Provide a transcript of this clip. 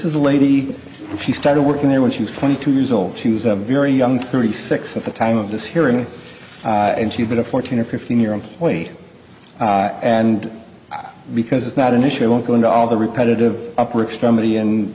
is the lady she started working there when she was twenty two years old she was a very young thirty six at the time of this hearing and she had a fourteen or fifteen year old boy and because it's not an issue i won't go into all the repetitive upper extremity